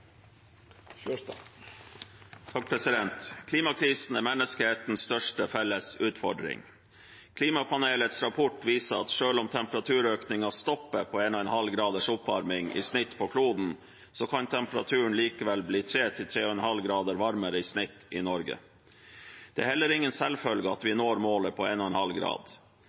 menneskehetens største felles utfordring. Klimapanelets rapport viser at selv om temperaturøkningen stopper på 1,5 graders oppvarming i snitt på kloden, kan temperaturen likevel bli 3–3,5 grader varmere i snitt i Norge. Det er heller ingen selvfølge at vi når målet på 1,5 grader. Det betyr svært store endringer i folks liv, og